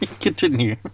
Continue